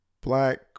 black